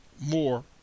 more